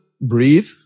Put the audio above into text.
breathe